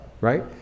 right